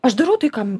aš darau tai kam